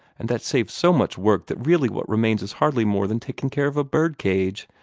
and that saves so much work that really what remains is hardly more than taking care of a bird-cage.